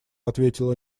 ответила